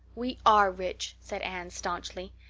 we are rich, said anne staunchly.